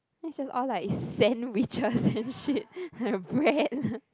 which is all like sandwiches and shit bread